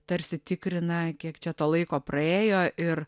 tarsi tikrina kiek čia to laiko praėjo ir